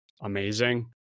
amazing